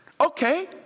Okay